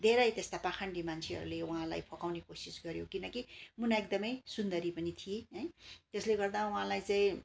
धेरै त्यस्ता पाखण्डी मान्छेहरूले उहाँहरूलाई फकाउने कोसिस गऱ्यो किनकि मुना एकदमै सुन्दरी पनि थिइ है त्यसले गर्दा उहाँलाई चाहिँ